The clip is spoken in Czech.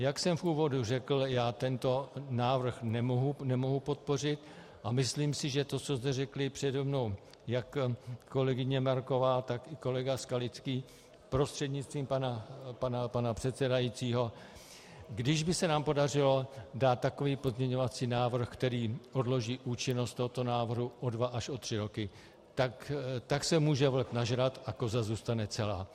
Jak jsem v úvodu řekl, já tento návrh nemohu podpořit a myslím si, že to, co zde řekli přede mnou, jak kolegyně Marková, tak i kolega Skalický, prostřednictvím pana předsedajícího, kdyby se nám podařilo dát takový pozměňovací návrh, který odloží účinnost tohoto návrhu o dva až o tři roky, tak se může vlk nažrat a koza zůstane celá.